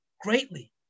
greatly